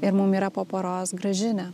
ir mum yra po poros grąžinę